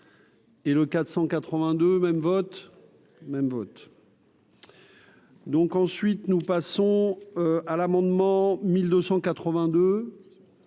Et le 482 même vote. Même botte. Donc, ensuite, nous passons à l'amendement 1282